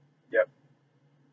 yup